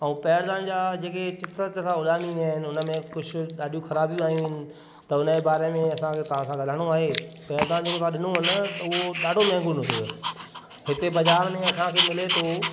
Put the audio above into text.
ऐं पैरदान जा जेके चित्र वित्र सभु उॾामी विया आहिनि उन में कुझु ॾाढियूं खराबियूं आहियूं इन त हुन जे बारे में असांखे तव्हां सां ॻाल्हाइणो आहे पैरदान जेको तव्हां ॾिनो हुओ न त उहो ॾाढो महांगो ॾिनो अथव हिते बाज़ारि में असांखे मिले थो